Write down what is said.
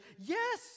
yes